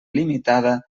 limitada